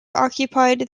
occupied